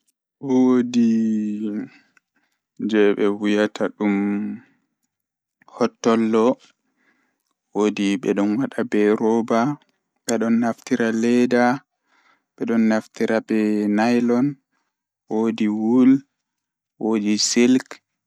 Woodi dondobal, woodi domburu, woodi debbo bondi, woodi bondi, woodi pallandi, woodi nyukuyaadere. woodi gilangeeru.